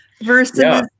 versus